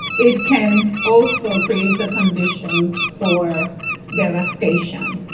it can also create the conditions for devastation.